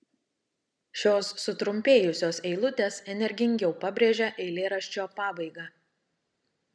šios sutrumpėjusios eilutės energingiau pabrėžia eilėraščio pabaigą